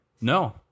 No